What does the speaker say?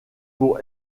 pour